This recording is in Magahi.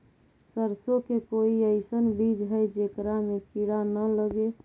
सरसों के कोई एइसन बिज है जेकरा में किड़ा न लगे?